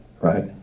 right